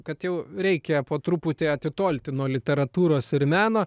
kad jau reikia po truputį atitolti nuo literatūros ir meno